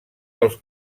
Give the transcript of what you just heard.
dels